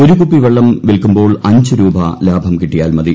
ഒരു കുപ്പിവെള്ളം വിൽക്കുമ്പോൾ അഞ്ച് രൂപ ലാഭം കിട്ടിയാൽ മതി